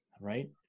right